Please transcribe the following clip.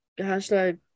hashtag